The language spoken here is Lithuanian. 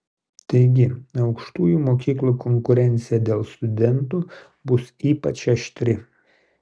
taigi aukštųjų mokyklų konkurencija dėl studentų bus ypač aštri